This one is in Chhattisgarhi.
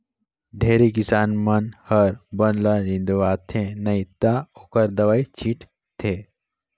ढेरे किसान मन हर बन ल निंदवाथे नई त ओखर दवई छींट थे